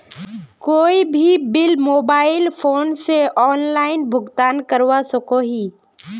कोई भी bill mobile phone से ऑनलाइन भुगतान करवा सकोहो ही?